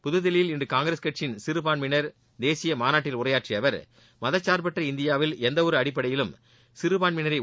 புதுதில்லியில் இன்று காங்கிரஸ் கட்சியின் சிறுபான்மையினர் தேசிய மாநாட்டில் உரையாற்றிய மதசார்பற்ற இந்தியாவில் எந்த ஒரு அடிப்படையிலும் சிறுபான்மையினரை அவர்